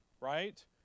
right